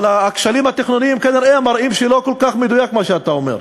אבל הכשלים התכנוניים מראים שכנראה לא כל כך מדויק מה שאתה אומר.